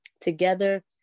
together